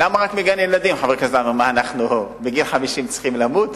למה רק מגן-ילדים, חבר הכנסת עמאר?